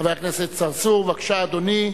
חבר הכנסת צרצור, בבקשה, אדוני.